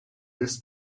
this